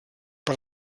per